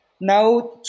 Now